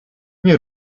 nie